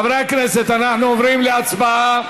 חברי הכנסת, אנחנו עוברים להצבעה.